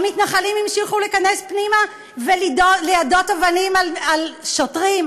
והמתנחלים המשיכו להיכנס פנימה וליידות אבנים על שוטרים,